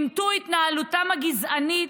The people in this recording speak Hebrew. אימתו את התנהלותם הגזענית.